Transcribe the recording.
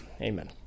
Amen